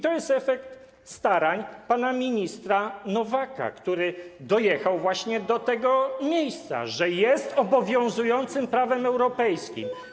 To jest efekt starań pana ministra Nowaka, który dojechał właśnie do tego miejsca, że jest obowiązującym prawem europejskim.